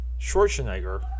Schwarzenegger